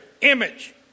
image